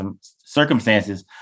circumstances